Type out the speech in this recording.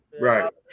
Right